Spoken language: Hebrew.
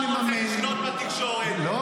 אתה שר התקשורת, נכון?